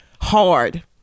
Hard